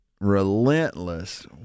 relentless